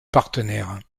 partenaires